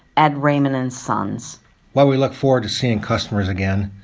ed rehmann and sons while we look forward to seeing customers again,